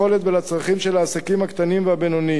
ולצרכים של העסקים הקטנים והבינוניים.